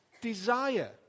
desire